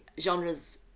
genres